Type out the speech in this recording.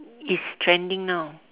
is trending now